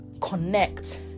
Connect